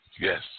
Yes